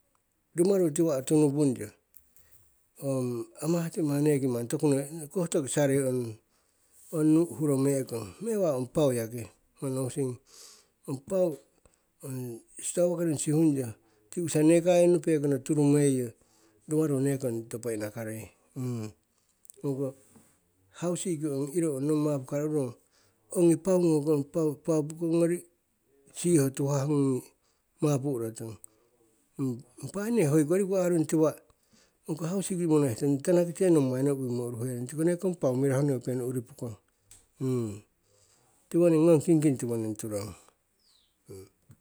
Rumaru tiwa' tunupungyo, ong amahtimah neki manni koh tokisarei ong, ong nu' hurome'kong mewa ong pau yaki, ho nohusing ong pau ong stowa koring sihungyo ti u'kisa nekayongnu pekono turumeiyo rumaru nekong topo inakarei. Hoko hausiki ong iro ong nong mapukaro ururong ongi pau ngokong, pau pau pokong ngori siho tuhah ngungi mapu'ro tong. impa ai ne hoiko riku arung tiwaa ongko hausiki monoihetong tanakite nommai noi uwimo uruherong tiko nekong pau mirahu neupinong uri pokong tiwoning ngong kingking tiwoning turong.